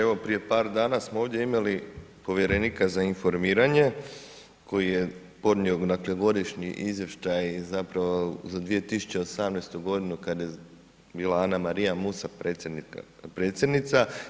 Evo, prije par dana smo ovdje imali Povjerenika za informiranje koji je podnio, dakle Godišnji izvještaj zapravo za 2018. godinu kada je bila Anamarija Musa predsjednica.